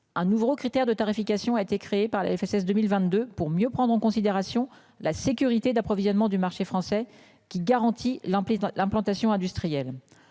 un nouveau critère de tarification a été créé par la FSS 2022 pour mieux prendre en considération la sécurité d'approvisionnement du marché français qui garantit l'ampli dans l'implantation industrielle